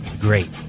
great